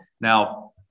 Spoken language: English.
Now